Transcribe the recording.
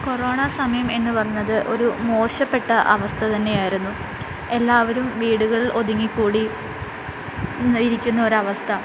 corona സമയം എന്നു പറഞ്ഞത് ഒരു മോശപ്പെട്ട അവസ്ഥ തന്നെയായിരുന്നു എല്ലാവരും വീടുകളിൽ ഒതുങ്ങിക്കൂടി ഇരിക്കുന്ന ഒരു അവസ്ഥ